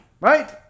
right